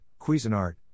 Cuisinart